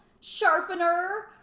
sharpener